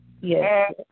Yes